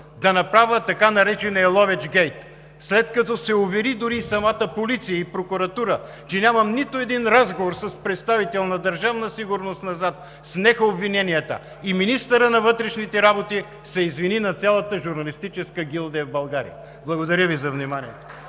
да направя така наречения Ловечгейт. След като се увери дори и самата полиция, и прокуратурата, че нямам нито едни разговор с представител на Държавна сигурност назад, снеха обвиненията и министърът на вътрешните работи се извини на цялата журналистическа гилдия в България. Благодаря Ви за вниманието.